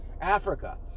Africa